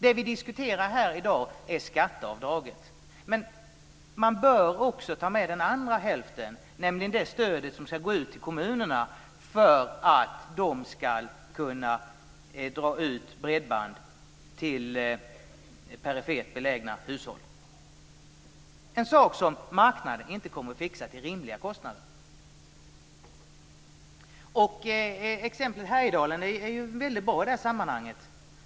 Det vi diskuterar här i dag är skatteavdraget. Men man bör också ta med den andra hälften, nämligen det stöd som ska gå ut till kommunerna för att de ska kunna dra ut bredband till perifert belägna hushåll, en sak som marknaden inte kommer att fixa till rimliga kostnader. Exemplet Härjedalen är mycket bra i det sammanhanget.